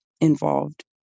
involved